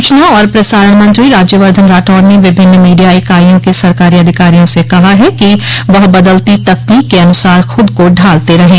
सूचना और प्रसारण मंत्री राज्यवर्धन राठौड़ ने विभिन्न मीडिया इकाइयों के सरकारी अधिकारियों से कहा है कि वह बदलती तकनीक के अनुसार खुद को ढालते रहें